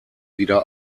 wieder